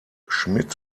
schmid